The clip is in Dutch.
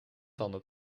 tanden